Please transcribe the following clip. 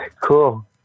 Cool